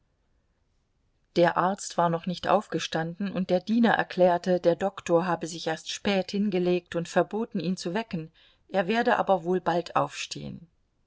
der arzt war noch nicht aufgestanden und der diener erklärte der doktor habe sich erst spät hingelegt und verboten ihn zu wecken er werde aber wohl bald aufstehen